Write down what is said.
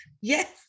Yes